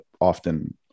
often